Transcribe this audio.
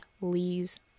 Lee's